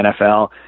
nfl